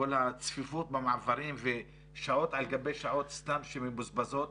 כל הצפיפות במעברים ושעות על גבי שעות סתם שמבוזבזות.